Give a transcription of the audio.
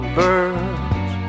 birds